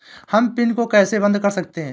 हम पिन को कैसे बंद कर सकते हैं?